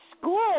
school